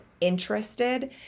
interested